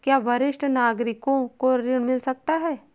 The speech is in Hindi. क्या वरिष्ठ नागरिकों को ऋण मिल सकता है?